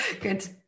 Good